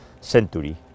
century